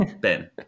Ben